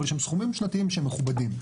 אבל יש שם סכומים שנתיים מכובדים.